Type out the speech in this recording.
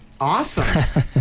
Awesome